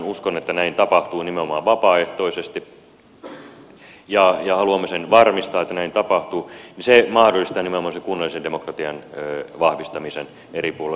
uskon että näin tapahtuu nimenomaan vapaaehtoisesti ja haluamme sen varmistaa että näin tapahtuu ja se mahdollistaa nimenomaan sen kunnallisen demokratian vahvistamisen eri puolilla suomea